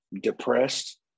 depressed